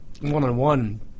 one-on-one